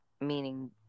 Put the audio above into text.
meaning